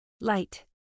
Light